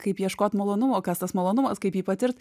kaip ieškot malonumo kas tas malonumas kaip jį patirt